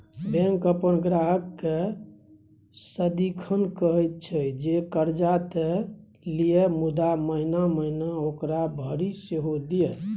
bank अपन ग्राहककेँ सदिखन कहैत छै जे कर्जा त लिअ मुदा महिना महिना ओकरा भरि सेहो दिअ